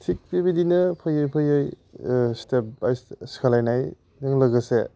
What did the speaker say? थिक बेबायदिनो फैयै फैयै स्टेप बाइ स्टेप सोलायनायजों लोगोसे